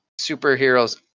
superheroes